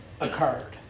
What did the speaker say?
occurred